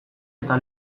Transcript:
eta